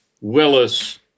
Willis